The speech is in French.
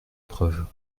preuves